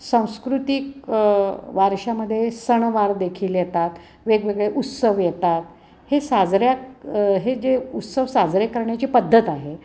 सांस्कृतिक वारशामध्ये सणवार देखील येतात वेगवेगळे उत्सव येतात हे साजऱ्या हे जे उत्सव साजरे करण्याची पद्धत आहे